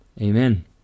amen